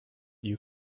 you